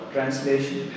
Translation